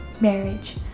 marriage